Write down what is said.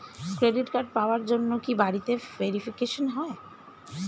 Credit card পাওয়ার জন্য কি বাড়িতে ভেরিফিকেশন হয়?